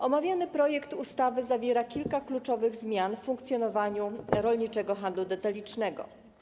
Omawiany projekt ustawy zawiera kilka kluczowych zmian w funkcjonowaniu rolniczego handlu detalicznego.